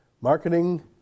marketing